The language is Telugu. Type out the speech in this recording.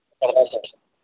సరే సార్